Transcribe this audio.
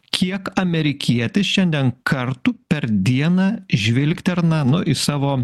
kiek amerikietis šiandien kartų per dieną žvilgterna nu į savo